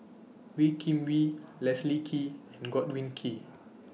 Wee Kim Wee Leslie Kee and Godwin Koay